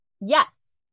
Yes